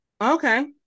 okay